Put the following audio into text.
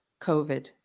COVID